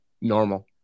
Normal